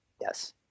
Yes